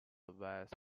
vice